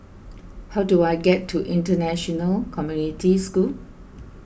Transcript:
how do I get to International Community School